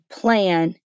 plan